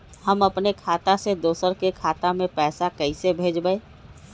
हम अपने खाता से दोसर के खाता में पैसा कइसे भेजबै?